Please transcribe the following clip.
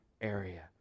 area